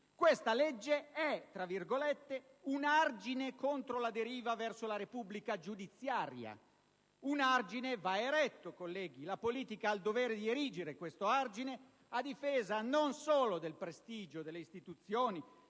questa legge è «un argine contro la deriva verso la repubblica giudiziaria». Colleghi, un argine va eretto: la politica ha il dovere di erigere questo argine a difesa non solo del prestigio delle istituzioni,